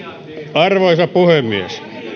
arvoisa puhemies